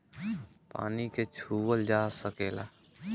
पानी के छूअल जा सकेला